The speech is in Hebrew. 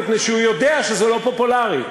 מפני שהוא יודע שזה לא פופולרי.